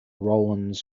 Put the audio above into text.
rollins